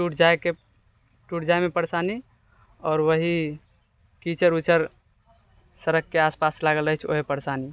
टूट जाइमे परेशानी आओर वही कीचड़ ऊचड़ सड़कके आसपास लागल रहै छै उहे परेशानी